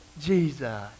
Jesus